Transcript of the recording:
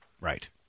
Right